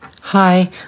Hi